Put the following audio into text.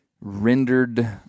rendered